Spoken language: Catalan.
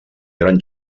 gran